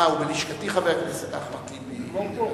הוא בלשכתי, חבר הכנסת אחמד טיבי.